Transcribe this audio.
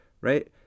right